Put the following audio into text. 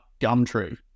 Gumtree